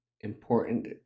important